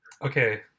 Okay